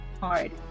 hard